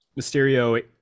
mysterio